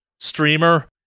streamer